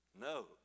No